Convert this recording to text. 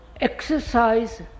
exercise